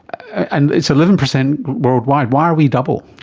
and it's eleven percent worldwide. why are we double?